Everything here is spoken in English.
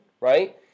right